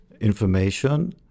information